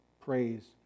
Praise